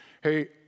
hey